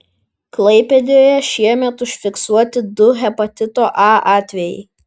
klaipėdoje šiemet užfiksuoti du hepatito a atvejai